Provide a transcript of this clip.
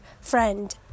friend